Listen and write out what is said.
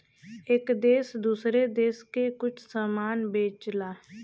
एक देस दूसरे देस के कुछ समान बेचला